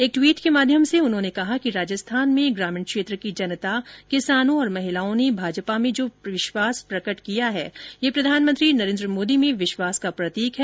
एक ट्वीट के माध्यम से उन्होंने कहा कि राजस्थान में ग्रामीण क्षेत्र की जनता किसानों और महिलाओं ने भाजपा में जो विश्वास प्रकट किया है यह प्रधानमंत्री नरेन्द्र मोदी में विश्वास का प्रतीक है